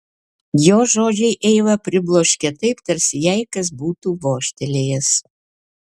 jo žodžiai eivą pribloškė taip tarsi jai kas būtų vožtelėjęs